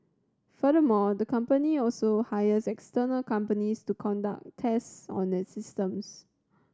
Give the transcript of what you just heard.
furthermore the company also hires external companies to conduct tests on its systems